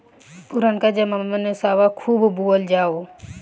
पुरनका जमाना में सावा खूब बोअल जाओ